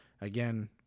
Again